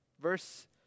Verse